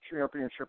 championship